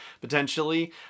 potentially